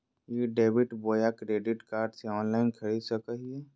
ई debit बोया credit card से online खरीद सको हिए?